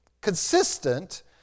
consistent